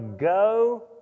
go